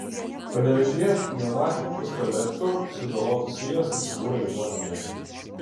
panevėžyje pneumatiniu pistoletu sužalotas vyras atsidūrė ligoninėje